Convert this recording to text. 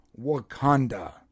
Wakanda